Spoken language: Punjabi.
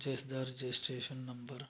ਜਿਸ ਦਾ ਰਜਿਸਟ੍ਰੇਸ਼ਨ ਨੰਬਰ